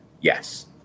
Yes